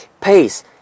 pace